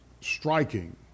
striking